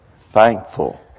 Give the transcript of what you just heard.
thankful